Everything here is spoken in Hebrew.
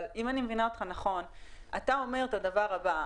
אבל אם אני מבינה אותך נכון אתה אומר את הדבר הבא.